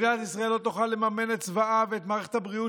מדינת ישראל לא תוכל לממן את צבאה ואת מערכת הבריאות